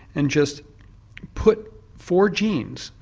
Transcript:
and just put four genes.